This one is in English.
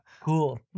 Cool